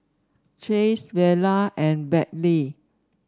Chase Vera and Berkley